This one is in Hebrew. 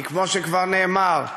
כי כמו שכבר נאמר,